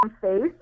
face